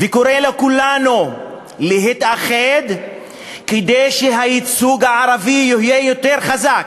וקורא לכולנו להתאחד כדי שהייצוג הערבי יהיה יותר חזק,